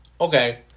Okay